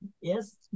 Yes